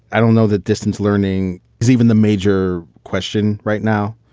i don't know that distance learning is even the major question right now.